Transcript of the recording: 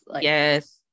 Yes